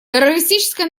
террористическое